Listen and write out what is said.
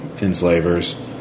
Enslavers